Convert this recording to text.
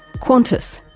qantas.